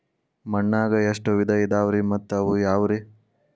ಮಣ್ಣಾಗ ಎಷ್ಟ ವಿಧ ಇದಾವ್ರಿ ಮತ್ತ ಅವು ಯಾವ್ರೇ?